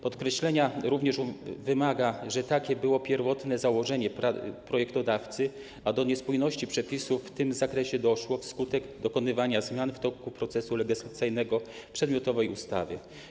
Podkreślenia wymaga również to, że takie było pierwotne założenie projektodawcy, a do niespójności przepisów w tym zakresie doszło wskutek dokonywania zmian w toku procesu legislacyjnego przedmiotowej ustawy.